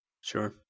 Sure